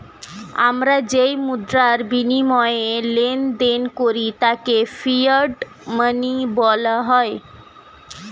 আমরা যেই মুদ্রার বিনিময়ে লেনদেন করি তাকে ফিয়াট মানি বলা হয়